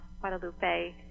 Guadalupe